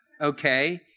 Okay